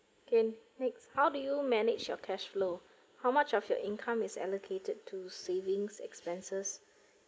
okay next how do you manage your cash flow how much of your income is allocated to savings expenses